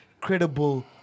credible